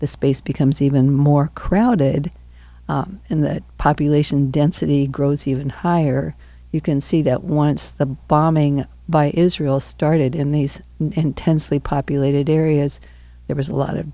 the space becomes even more crowded and that population density grows even higher you can see that once the bombing by israel started in these intensely populated areas there was a lot of